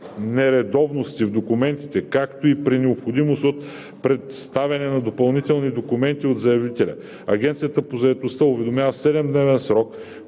нередовности в документите, както и при необходимост от представяне на допълнителни документи от заявителя Агенцията по заетостта уведомява в 7 дневен срок